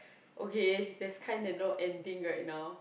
okay that's kinda no ending right now